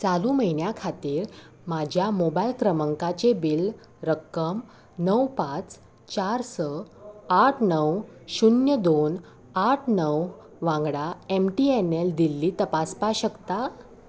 चालू म्हयन्या खातीर म्हाज्या मोबायल क्रमांकाचें बील रक्कम णव पांच चार स आठ णव शुन्य दोन आठ णव वांगडा M T N L Delhi तपासपाक शकता